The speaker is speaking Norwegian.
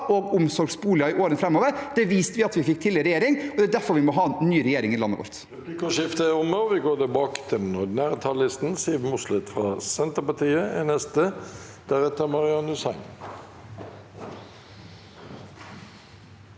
og omsorgsboliger i årene framover. Det viste vi at vi fikk til i regjering. Det er derfor vi må ha en ny regjering i landet vårt.